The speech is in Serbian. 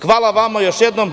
Hvala vama još jednom.